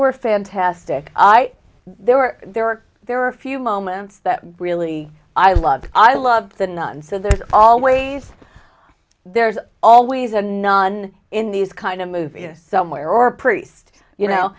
were fantastic there were there are there are a few moments that really i love i love the nuns so there's always there's always a nun in these kind of movie somewhere or priest you know